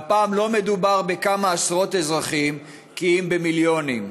והפעם לא מדובר בכמה עשרות אזרחים כי אם במיליונים.